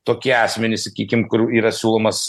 tokie asmenys sakykim kur yra siūlomas